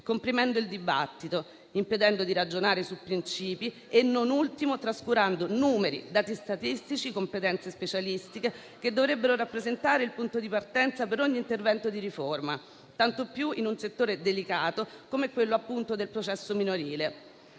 comprimendo il dibattito, impedendo di ragionare su princìpi e, non ultimo, trascurando numeri, dati statistici, competenze specialistiche che dovrebbero rappresentare il punto di partenza per ogni intervento di riforma, tanto più in un settore delicato come quello, appunto, del processo minorile.